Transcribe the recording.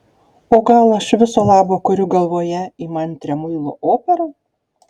o gal aš viso labo kuriu galvoje įmantrią muilo operą